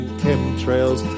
chemtrails